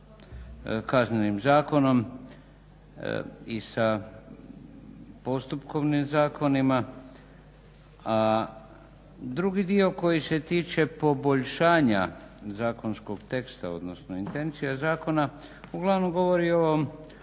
Kaznenim zakonom i sa postupkom ne zakonima. Drugi dio koji se tiče poboljšanja zakonskog teksta, odnosno intencija zakona uglavnom govori o